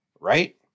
Right